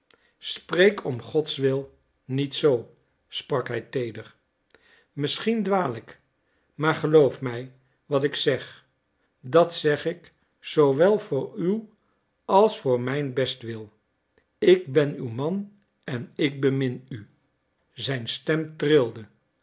spreek om godswil niet zoo sprak hij teeder misschien dwaal ik maar geloof mij wat ik zeg dat zeg ik zoowel voor uw als voor mijn bestwil ik ben uw man en ik bemin u zijn stem trilde